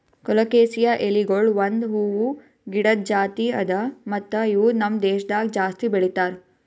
colocasia ಎಲಿಗೊಳ್ ಒಂದ್ ಹೂವು ಗಿಡದ್ ಜಾತಿ ಅದಾ ಮತ್ತ ಇವು ನಮ್ ದೇಶದಾಗ್ ಜಾಸ್ತಿ ಬೆಳೀತಾರ್